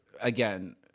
again—